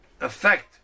effect